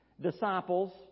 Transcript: disciples